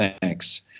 thanks